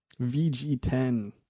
VG10